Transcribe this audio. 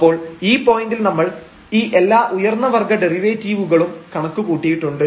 അപ്പോൾ ഈ പോയന്റിൽ നമ്മൾ ഈ എല്ലാ ഉയർന്ന വർഗ്ഗ ഡെറിവേറ്റീവുകളും കണക്ക് കൂട്ടിയിട്ടുണ്ട്